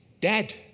dead